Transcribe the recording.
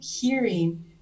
hearing